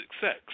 sex